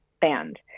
band